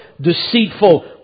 deceitful